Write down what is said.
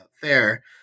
fair